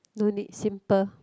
no need simple